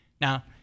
Now